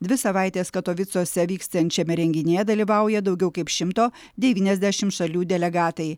dvi savaites katovicuose vykstančiame renginyje dalyvauja daugiau kaip šimto devyniasdešimt šalių delegatai